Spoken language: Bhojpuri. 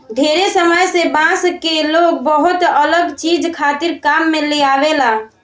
ढेरे समय से बांस के लोग बहुते अलग चीज खातिर काम में लेआवेला